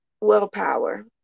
Willpower